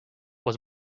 was